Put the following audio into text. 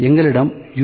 எங்களிடம் U